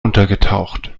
untergetaucht